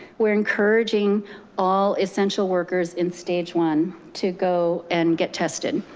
we're encouraging all essential workers in stage one to go and get tested.